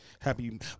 happy